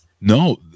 no